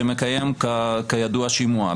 שמקיים כידוע שימוע.